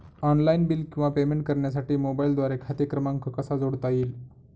Online bill किंवा payment करण्यासाठी मोबाईलद्वारे खाते क्रमांक कसा जोडता येईल?